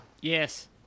Yes